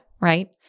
Right